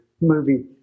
movie